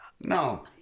No